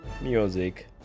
music